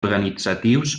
organitzatius